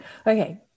Okay